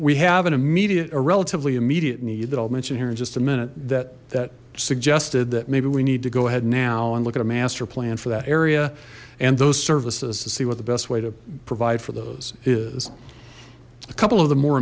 we have an immediate a relatively immediate need that i'll mention here in just a minute that that suggested that maybe we need to go ahead now and look at a master plan for that area and those services to see what the best way to provide for those is a couple of the more